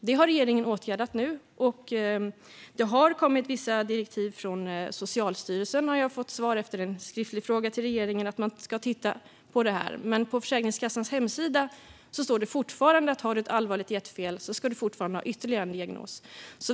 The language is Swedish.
Detta har regeringen nu åtgärdat, och det har kommit vissa direktiv från Socialstyrelsen om att man ska titta på det här, har jag fått veta av ett svar på en skriftlig fråga till regeringen. Men på Försäkringskassans hemsida står det fortfarande att den som har ett allvarligt hjärtfel ska ha ytterligare en diagnos.